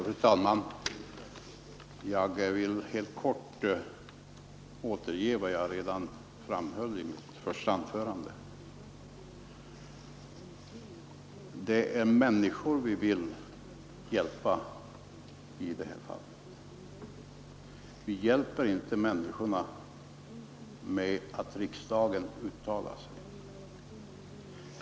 Fru talman! Jag vill helt kort återge vad jag redan framhöll i mitt första anförande. Det är människor vi vill hjälpa i det här fallet. Vi hjälper inte människorna med att riksdagen uttalar sig.